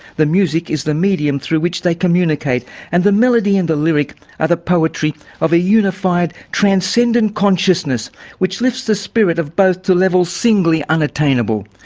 the music is the medium through which they communicate and the melody and the lyric are the poetry of a unified transcendent consciousness which lifts the spirit of both to levels singly unattainable.